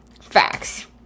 Facts